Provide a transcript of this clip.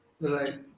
Right